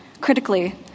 Critically